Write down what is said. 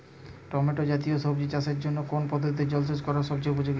Tomato জাতীয় সবজি চাষের জন্য কোন পদ্ধতিতে জলসেচ করা সবচেয়ে উপযোগী?